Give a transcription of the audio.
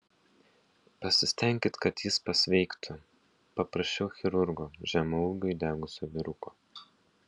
pasistenkit kad jis pasveiktų paprašiau chirurgo žemaūgio įdegusio vyruko